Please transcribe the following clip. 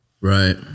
Right